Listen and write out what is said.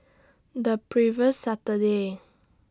The previous Saturday